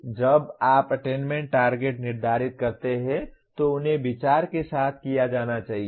अब जब आप अटेन्मेन्ट टारगेट निर्धारित करते हैं तो उन्हें विचार के साथ किया जाना चाहिए